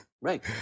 Right